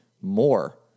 more